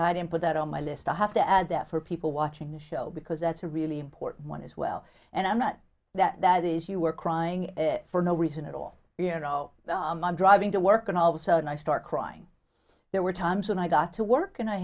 don't put that on my list i have to add that for people watching the show because that's a really important one as well and i'm not that is you were crying for no reason at all you're oh i'm driving to work and all of a sudden i start crying there were times when i got to work and i